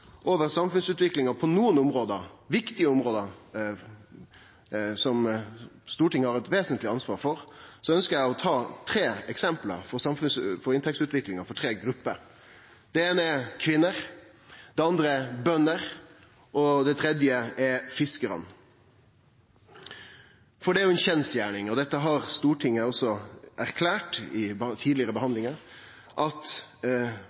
over samfunnsutviklinga på nokre viktige område som Stortinget har eit vesentleg ansvar for, ønskjer eg å trekkje fram tre eksempel for inntektsutviklinga, for tre grupper. Den eine er kvinner, den andre er bønder, og den tredje er fiskarar. Det er ei kjensgjerning – det har Stortinget erklært i tidlegare behandlingar – at